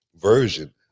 version